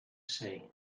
say